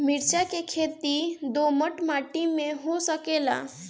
मिर्चा के खेती दोमट माटी में हो सकेला का?